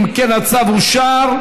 אם כן, הצו אושר.